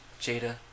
Jada